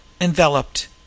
enveloped